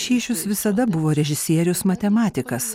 šyšius visada buvo režisierius matematikas